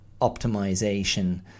optimization